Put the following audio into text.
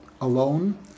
alone